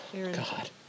God